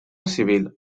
civil